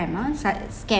~me ah cy~ scam